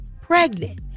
pregnant